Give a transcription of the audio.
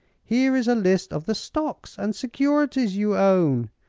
here is a list of the stocks and securities you own.